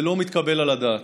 זה לא מתקבל על הדעת.